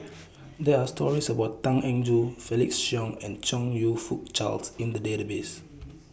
There Are stories about Tan Eng Joo Felix Cheong and Chong YOU Fook Charles in The Database